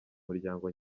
muryango